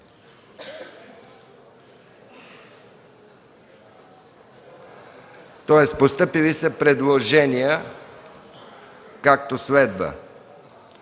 Постъпили са предложения както следва: